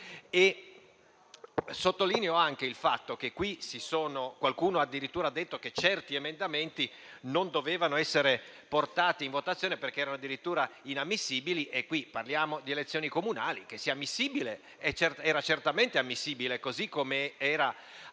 Sottolineo altresì il fatto che qualcuno addirittura ha detto che certi emendamenti non dovevano essere portati in votazione perché erano addirittura inammissibili. Parliamo di elezioni comunali; era certo ammissibile, così come era ammissibile